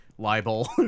Libel